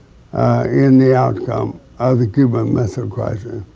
in the outcome of the cuban missile crisis.